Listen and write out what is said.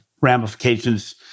ramifications